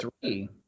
three